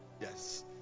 Yes